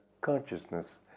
consciousness